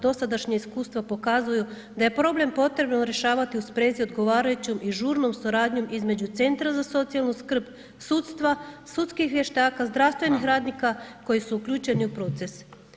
Dosadašnja iskustva pokazuju da je problem potrebno rješavati u sprezi odgovarajućom i žurnom suradnju između Centra za socijalnu skrb, sudstva, sudskih vještaka, zdravstvenih radnika koji su uključeni u proces.